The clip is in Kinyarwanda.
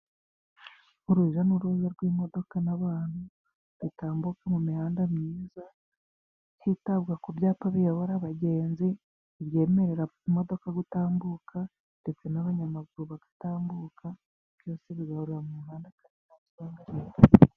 Urujya n'uruza rw'imodoka n'abantu bitambuka mu mihanda myiza hitabwa ku byapa biyobora abagenzi. ibyemerera imodoka gutambuka, ndetse n'abanyamaguru bagatambuka, byose bigahurira mu muhanda.